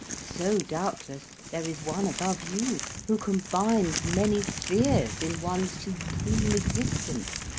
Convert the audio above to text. so doubtless there is one above you who combines many spheres in one supreme existence,